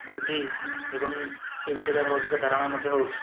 ବୁଦ୍ଧି ଏବଂ ସେ ବିଷୟରେ ଆମର ଅଧିକ ଧାରଣା ମଧ୍ୟ ହେଉଛି